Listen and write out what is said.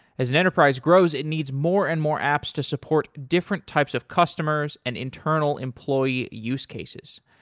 as an enterprise grows, it needs more and more apps to support different types of customers and internal employee use cases.